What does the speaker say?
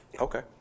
Okay